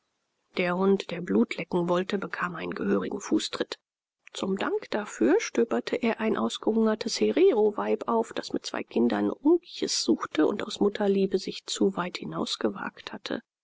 der hund der blut lecken wollte bekam einen gehörigen fußtritt zum dank dafür stöberte er ein ausgehungertes hereroweib auf das mit zwei kindern unkjis suchte und aus mutterliebe sich zu weit hinausgewagt hatte